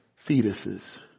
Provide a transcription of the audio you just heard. fetuses